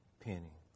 penny